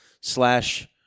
slash